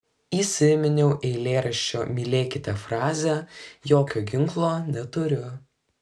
įsiminiau eilėraščio mylėkite frazę jokio ginklo neturiu